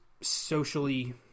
socially